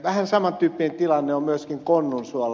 vähän saman tyyppinen tilanne on myöskin konnunsuolla